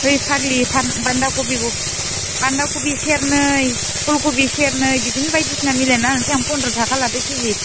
ओइ फाग्लि बान्दा कबिखौ बान्दा कबि सेरनै फुल कबि सेरनै बिदिनो बायदिसिना मिलायनानै लानोसै आं फनद्र' थाखा लादो केजि